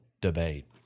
debate